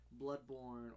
Bloodborne